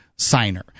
Signer